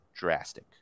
drastic